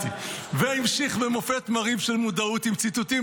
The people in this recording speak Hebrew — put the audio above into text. והמשיך במופת מרהיב של מודעות עם ציטוטים